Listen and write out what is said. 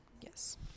Yes